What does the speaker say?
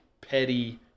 petty